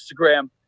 Instagram